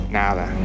nada